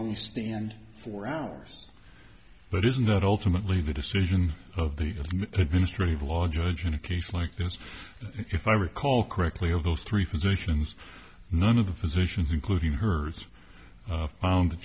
only stand for hours but isn't that ultimately the decision of the administrative law judge in a case like this if i recall correctly of those three physicians none of the physicians including her thought that